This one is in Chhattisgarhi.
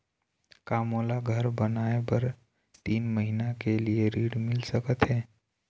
का मोला घर बनाए बर तीन महीना के लिए ऋण मिल सकत हे?